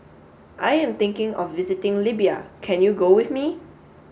I am thinking of visiting Libya can you go with me